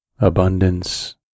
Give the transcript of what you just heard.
abundance